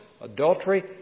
Adultery